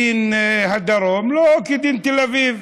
דין הדרום לא כדין תל אביב.